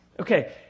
Okay